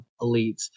elites